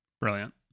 Brilliant